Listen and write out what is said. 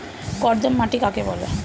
কর্দম মাটি কাকে বলে?